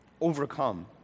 overcome